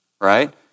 right